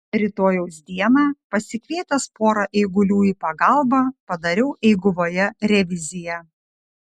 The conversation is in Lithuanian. rytojaus dieną pasikvietęs pora eigulių į pagalbą padariau eiguvoje reviziją